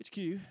HQ